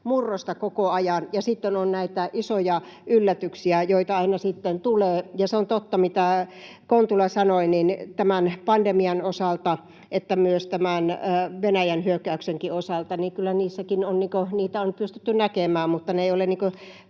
murrosta koko ajan, ja sitten on näitä isoja yllätyksiä, joita aina sitten tulee. Ja se on totta, mitä Kontula sanoi sekä tämän pandemian osalta että myös tämän Venäjän hyökkäyksen osalta. Kyllä niitä on pystytty näkemään, mutta ne eivät ole